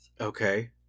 Okay